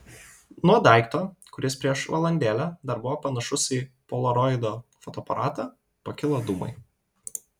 nuo daikto kuris prieš valandėlę dar buvo panašus į polaroido fotoaparatą pakilo dūmai